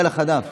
אני